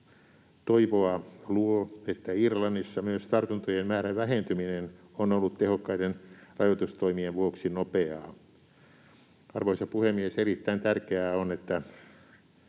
toivoa luo, että Irlannissa myös tartuntojen määrän vähentyminen on ollut tehokkaiden rajoitustoimien vuoksi nopeaa. Arvoisa puhemies! Erittäin tärkeää on, että